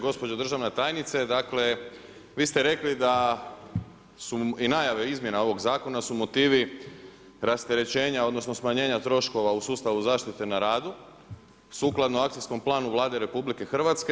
Gospođo državna tajnice, dakle vi ste rekli da su i najave izmjena ovog Zakona su motivi rasterećenja odnosno smanjenja troškova u sustavu zaštite na radu sukladno akcijskom planu Vlade RH.